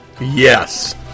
Yes